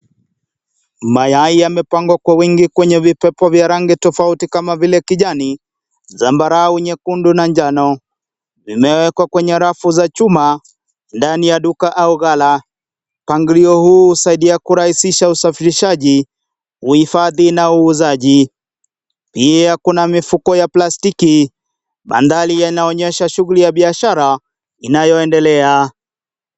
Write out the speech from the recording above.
Mayai yamepangwa kwa wingi kwenye vipopo vya rangi tofauti kama vile kijani, zambarau, nyekundu na njano. Vimewekwa kwenye rafu za chuma ndani ya duka au ghala, mpangilio huu husaidia kurahisisha usafirishaji, uhifadhi na uuzaji. Pia kuna mifuko ya plastiki bandali yanaonyesha shughuli ya biashara inayoendelea.